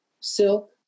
silk